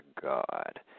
God